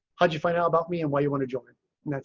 how do you find out about me and why you want to join and that's